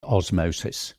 osmosis